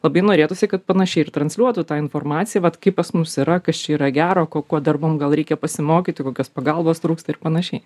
labai norėtųsi kad panašiai ir transliuotų tą informaciją vat kaip pas mus yra kas čia yra gero ko ko dar mum gal reikia pasimokyti kokios pagalbos trūksta panašiai